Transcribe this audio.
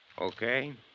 Okay